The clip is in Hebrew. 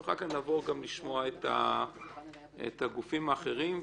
אחר כך נעבור לשמוע את הגופים האחרים.